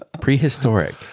Prehistoric